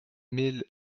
mille